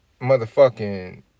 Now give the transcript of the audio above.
motherfucking